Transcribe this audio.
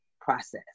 process